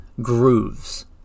grooves